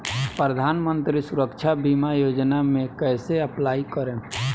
प्रधानमंत्री सुरक्षा बीमा योजना मे कैसे अप्लाई करेम?